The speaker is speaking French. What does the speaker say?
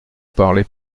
parlez